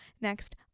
next